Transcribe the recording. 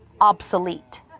obsolete